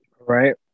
right